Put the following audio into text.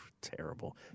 Terrible